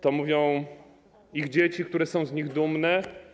To mówią ich dzieci, które są z nich dumne.